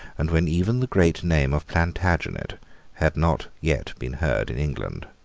and when even the great name of plantagenet had not yet been heard in england.